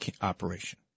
operation